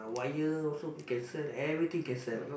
wire also can sell everything can sell